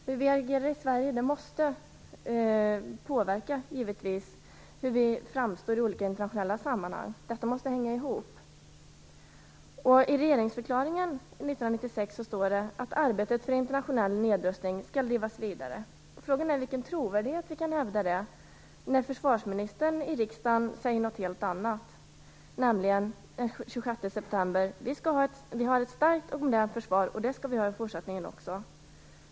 Hur vi agerar i Sverige och hur vi framstår i olika internationella sammanhang måste hänga ihop. I regeringsförklaringen 1996 står det: "Arbetet för internationell nedrustning skall drivas vidare." Frågan är med vilken trovärdighet Sverige kan hävda det när försvarsministern i riksdagen sade något helt annat den 26 september, nämligen att vi har "ett starkt och modernt försvar, och det skall vi ha också i fortsättningen".